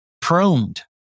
pruned